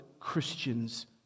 christians